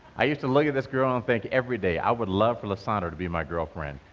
i used to look at this girl and think every day, i would love for lasandra to be my girlfriend.